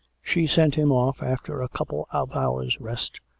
she sent him off after a couple of hours' rest,